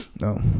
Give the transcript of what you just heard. No